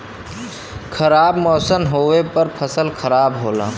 खराब मौसम होवे पर फसल खराब होला